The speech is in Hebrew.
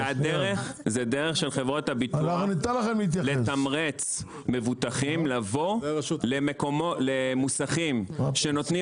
זו דרך של חברות הביטוח לתמרץ מבוטחים לבוא למוסכים שנותנים